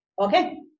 Okay